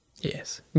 Yes